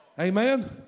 Amen